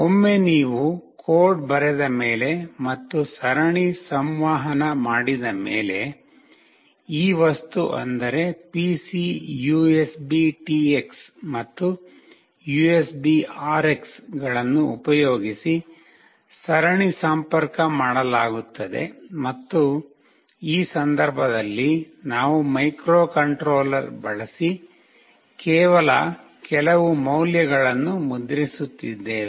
ಒಮ್ಮೆ ನೀವು ಕೋಡ್ ಬರೆದ ಮೇಲೆ ಮತ್ತು ಸರಣಿ ಸಂವಹನ ಮಾಡಿದ ಮೇಲೆ ಈ ವಸ್ತು ಅಂದರೆ PC USBTX ಮತ್ತು USBRX ಗಳನ್ನು ಉಪಯೋಗಿಸಿ ಸರಣಿ ಸಂಪರ್ಕ ಮಾಡಲಾಗುತ್ತದೆ ಮತ್ತು ಈ ಸಂದರ್ಭದಲ್ಲಿ ನಾವು ಮೈಕ್ರೊಕಂಟ್ರೋಲರ್ ಬಳಸಿ ಕೇವಲ ಕೆಲವು ಮೌಲ್ಯಗಳನ್ನು ಮುದ್ರಿಸುತಿದ್ದೇವೆ